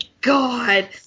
God